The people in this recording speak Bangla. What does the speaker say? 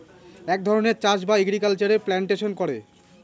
এক ধরনের চাষ বা এগ্রিকালচারে প্লান্টেশন করে